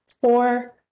four